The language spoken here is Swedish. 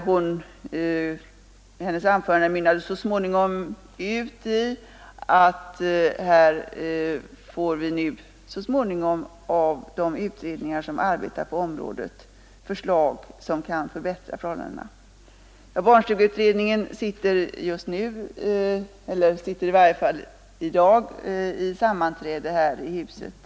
Hennes anförande mynnade ut i att vi så småningom av de utredningar som arbetar på området får förslag som kan förbättra förhållandena. Barnstugeutredningen sammanträder i dag här i huset.